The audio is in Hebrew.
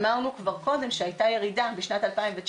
אמרנו כבר קודם שהייתה ירידה בשנת 2019